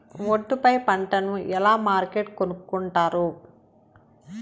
ఒట్టు పై పంటను ఎలా మార్కెట్ కొనుక్కొంటారు?